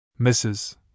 Mrs